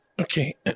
Okay